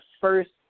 first